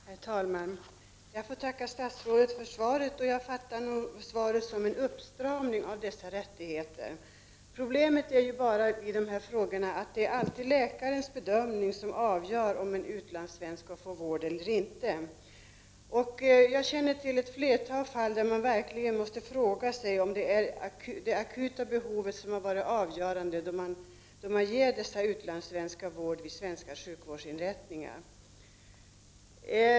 Herr talman! Jag tackar statsrådet för svaret. Jag uppfattar det som en uppstramning av dessa rättigheter. Problemet med de här frågorna är bara att det alltid är läkarens bedömning som avgör om en utlandssvensk skall få vård eller inte. Jag känner till ett flertal fall där man verkligen måste fråga sig om det är det akuta behovet som har varit avgörande då man gett dessa utlandssvenskar vård vid svenska sjukvårdsinrättningar.